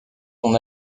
son